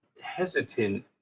hesitant